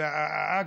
אגב,